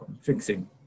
fixing